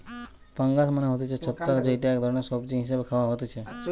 fungus মানে হতিছে ছত্রাক যেইটা এক ধরণের সবজি হিসেবে খাওয়া হতিছে